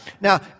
Now